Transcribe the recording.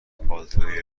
پالتوی